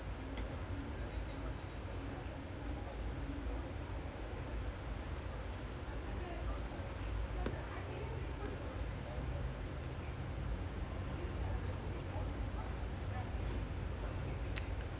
err I mean the retake one legit damn sad in the new rule எப்போ வந்ததுன்னு தெரியல:eppo vanthuthunu therila you know the keeper வந்து:vanthu they cannot dive err they only can dive when they shoot the it's already hard to say அப்புறம் இது போட்டா அப்புறம் எப்படி:appuram ithu pottaa appuram epdi